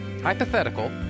hypothetical